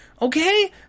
Okay